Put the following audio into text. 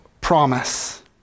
promise